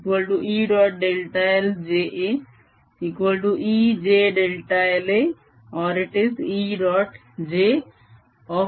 l j aEjlaE